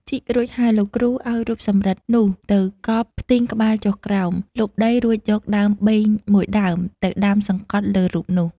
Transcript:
ជីករួចហើយ លោកគ្រូឲ្យរូបសំរឹទ្ធិនោះ ទៅកប់ផ្ទីងក្បាលចុះក្រោម លុបដីរួចយកដើមបេងមួយដើមទៅដាំសង្កត់លើរូបនោះ ។